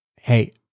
hey